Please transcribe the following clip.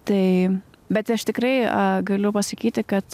tai bet aš tikrai galiu pasakyti kad